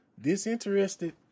disinterested